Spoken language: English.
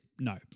No